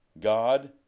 God